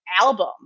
album